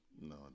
No